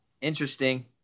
interesting